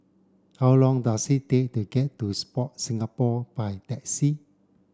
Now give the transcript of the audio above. how long does it take to get to Sport Singapore by taxi